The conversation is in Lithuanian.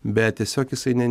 bet tiesiog jisai ne